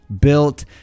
built